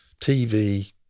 TV